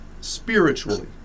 spiritually